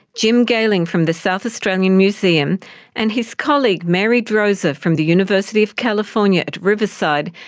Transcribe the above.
jim gehling from the south australian museum and his colleague mary droser from the university of california at riverside,